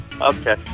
Okay